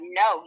no